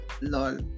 lol